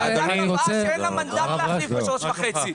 הוועדה קבעה שאין לה מנדט להחליף שלוש וחצי שנים.